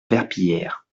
verpillière